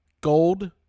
gold